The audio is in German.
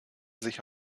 sich